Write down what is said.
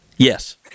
Yes